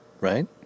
right